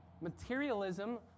Materialism